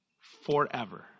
forever